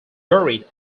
buried